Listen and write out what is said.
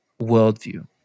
worldview